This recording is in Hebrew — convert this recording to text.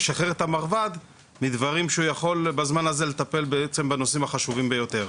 לשחרר את המרב"ד מדברים שהוא יכול בזמן הזה לטפל בנושאים החשובים ביותר.